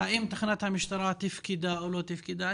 האם תחנת המשטרה תפקדה או לא תפקדה,